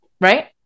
right